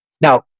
Now